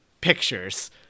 pictures